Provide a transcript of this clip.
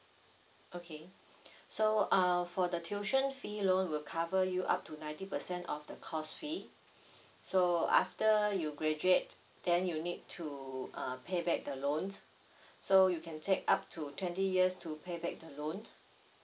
okay so uh for the tuition fee loan will cover you up to ninety percent of the course fee so after you graduate then you need to uh pay back the loans so you can take up to twenty years to pay back the loans